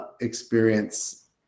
experience